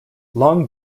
long